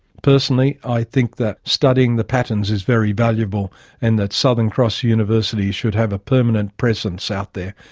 personally i think that studying the patterns is very valuable and that southern cross university should have a permanent presence out there,